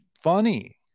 funny